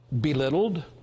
belittled